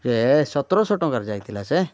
ଏ ସତର ଶହ ଟଙ୍କାରେ ଯାଇଥିଲା ସେ